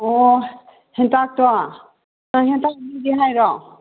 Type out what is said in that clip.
ꯑꯣ ꯍꯦꯟꯇꯥꯛꯇꯣ ꯅꯪ ꯍꯦꯟꯇꯥꯛ ꯂꯤꯒꯦ ꯍꯥꯏꯔꯣ